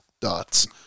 Dots